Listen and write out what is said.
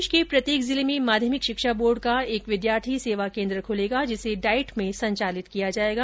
प्रदेश के प्रत्येक जिले में माध्यमिक शिक्षा बोर्ड का एक विद्यार्थी सेवा केन्द्र खूलेगा जिसे डाईट में संचालित किया जायेगा